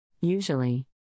Usually